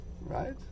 right